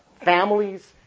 families